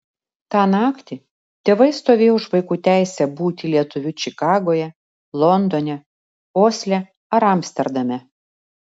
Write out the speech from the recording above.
tą naktį tėvai stovėjo už vaikų teisę būti lietuviu čikagoje londone osle ar amsterdame